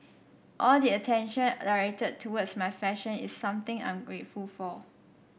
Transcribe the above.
all the attention directed towards my fashion is something I'm grateful for